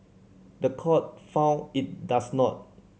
the court found it does not